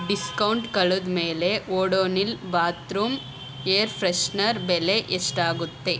discount ಕಳೆದ್ಮೇಲೆ Odonil bathroom air freshener ಬೆಲೆ ಎಷ್ಟಾಗುತ್ತೆ